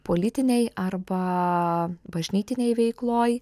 politinėj arba bažnytinėj veikloj